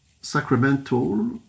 sacramental